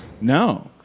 No